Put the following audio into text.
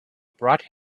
brought